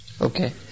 Okay